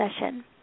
session